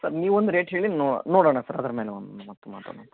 sir ನೀವೊಂದು rate ಹೇಳಿ ನೋಡೋಣ ಅದ್ರ್ಮೇಲೆ ಒಂದು ಮತ್ತೆ ಮಾತಾಡೋಣ